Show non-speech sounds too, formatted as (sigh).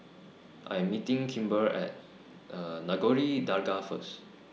I Am meeting Kimber At (hesitation) Nagore Dargah First